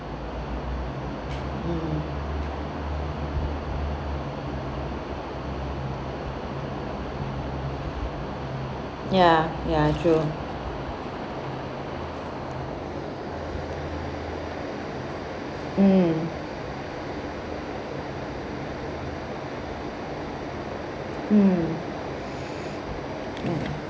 mm ya ya true mm mm